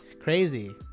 crazy